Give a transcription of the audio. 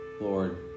Lord